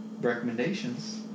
recommendations